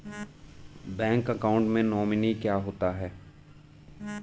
Bank account में nominee क्या होता है?